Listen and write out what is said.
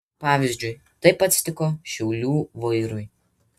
pavyzdžiui taip atsitiko šiaulių vairui